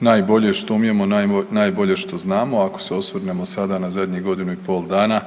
najbolje što umijemo, najbolje što znamo, ako se osvrnemo sada na zadnjih godinu i pol dana,